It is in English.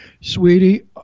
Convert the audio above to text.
Sweetie